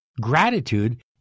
Gratitude